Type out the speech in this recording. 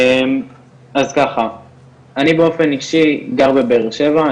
אז ככה אני באופן אישי גר בבאר שבע,